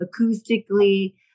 acoustically